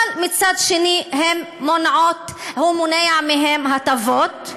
אבל מצד שני הוא מונע מהן הטבות,